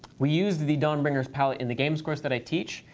we used the dawn bringers palette in the games course that i teach,